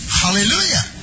hallelujah